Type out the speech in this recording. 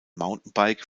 mountainbike